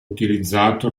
utilizzato